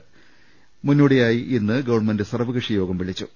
ഇതിനുമുന്നോടിയായി ഇന്ന് ഗവൺമെന്റ് സർവ്വകക്ഷിയോഗം വിളിച്ചു